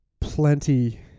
plenty